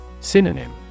Synonym